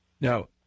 Now